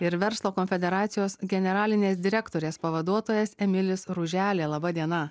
ir verslo konfederacijos generalinės direktorės pavaduotojas emilis ruželė laba diena